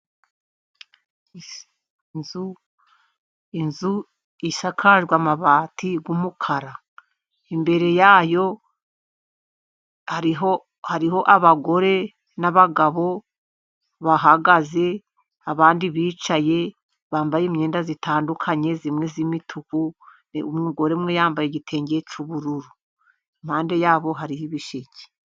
Inzu, inzu isakajwe amabati y'umukara, imbere yayo hariho abagore n'abagabo bahagaze abandi bicaye, bambaye imyenda itandukanye imwe y'imituku, umugore umwe yambaye igitenge cy'ubururu, iruhande rwabo hariho ibisheke.